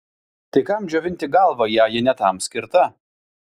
tai kam džiovinti galvą jei ji ne tam skirta